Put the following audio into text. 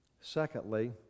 Secondly